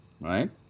right